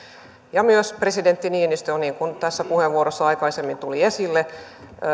myös presidentti niinistö on niin kuin täällä puheenvuorossa aikaisemmin tuli esille